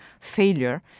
failure